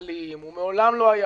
הוא עוד לא מכיר את הנהלים.